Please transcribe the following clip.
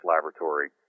laboratory